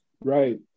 right